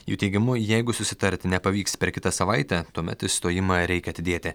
jų teigimu jeigu susitarti nepavyks per kitą savaitę tuomet išstojimą reikia atidėti